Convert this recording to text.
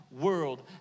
world